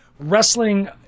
wrestling